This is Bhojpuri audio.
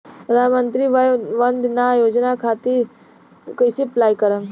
प्रधानमंत्री वय वन्द ना योजना खातिर कइसे अप्लाई करेम?